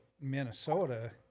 minnesota